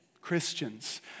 Christians